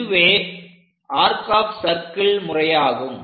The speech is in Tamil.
இதுவே ஆர்க் ஆப் சர்க்கிள் முறையாகும்